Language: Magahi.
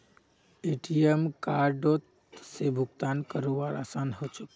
ए.टी.एम कार्डओत से भुगतान करवार आसान ह छेक